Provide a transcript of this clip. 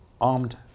armed